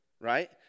Right